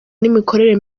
n’imikorere